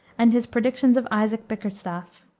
and his predictions of isaac bickerstaff.